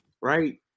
right